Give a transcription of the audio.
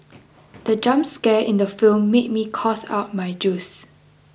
the jump scare in the film made me cough out my juice